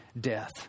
death